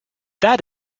that